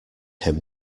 him